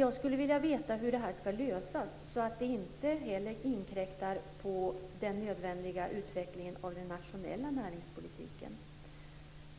Jag skulle vilja veta hur frågan skall lösas, så att ordförandeskapet inte inkräktar på den nödvändiga utvecklingen av den nationella näringspolitiken.